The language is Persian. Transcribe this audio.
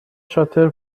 شاطر